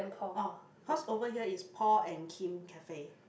orh cause over here is Paul and Kim cafe